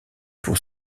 pour